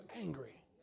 angry